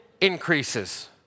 increases